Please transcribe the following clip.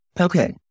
Okay